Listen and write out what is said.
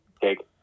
Jake